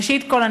ראשית כול,